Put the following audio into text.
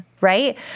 right